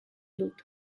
dut